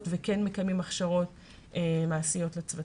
וכן מקיימים הכשרות מעשיות לצוותים.